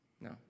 No